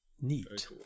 Neat